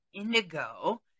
Indigo